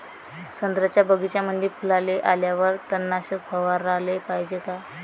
संत्र्याच्या बगीच्यामंदी फुलाले आल्यावर तननाशक फवाराले पायजे का?